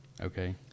Okay